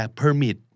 permit